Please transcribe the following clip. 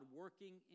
working